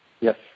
Yes